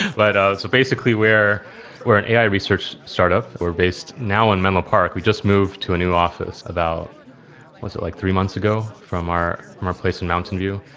but so basically we're an ai research startup. we're based now on menlo park. we just moved to a new office about what's it? like three months ago from our from our place in mountain view?